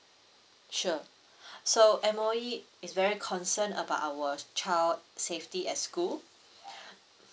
sure so M_O_E is very concerned about our child safety at school